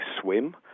swim